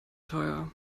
teuer